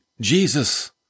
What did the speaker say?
Jesus